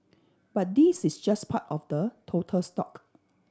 but this is just part of the total stock